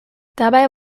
dabei